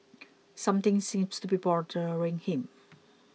something seems to be bothering him